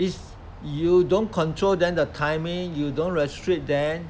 is you don't control them the timing you don't restrict them